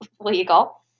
legal